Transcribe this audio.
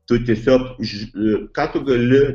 tu tiesiog ži ką tu gali